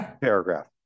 paragraph